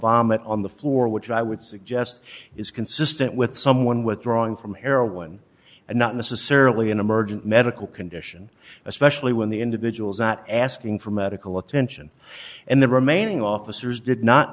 vomit on the floor which i would suggest is consistent with someone withdrawing from heroin and not necessarily an emergent medical condition especially when the individual's not asking for medical attention and the remaining officers did not